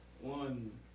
One